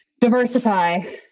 Diversify